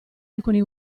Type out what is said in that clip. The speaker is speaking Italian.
alcuni